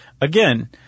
Again